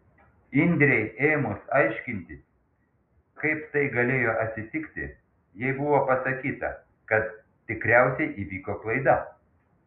indrei ėmus aiškintis kaip tai galėjo atsitikti jai buvo pasakyta kad tikriausiai įvyko klaida